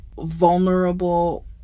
vulnerable